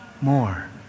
more